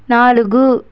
నాలుగు